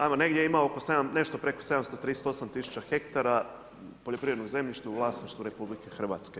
Ajmo negdje ima, oko, nešto preko 700, 38000 hektara, poljoprivrednog zemljišta u vlasništvu RH.